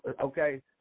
okay